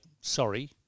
sorry